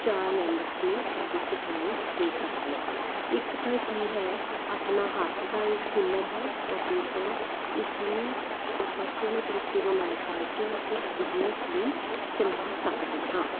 ਚਾਰ ਮੈਂਬਰਸ ਨੂੰ ਅੱਗੇ ਸਿਖਲਾਈ ਦੇ ਸਕਦੇ ਹਾਂ ਇੱਕ ਤਾਂ ਕੀ ਹੈ ਆਪਣਾ ਹੱਥ ਦਾ ਇੱਕ ਹੁਨਰ ਹੈ ਔਰ ਦੂਸਰਾ ਇਸਨੂੰ ਆਪਾਂ ਸੋਹਣੇ ਤਰੀਕੇ ਦੇ ਨਾਲ ਕਰਕੇ ਇੱਕ ਬਿਜਨਸ ਵੀ ਚਲਾ ਸਕਦੇ ਹਾਂ